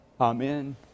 Amen